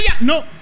no